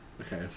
Okay